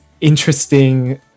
interesting